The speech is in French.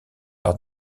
par